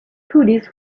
hoodies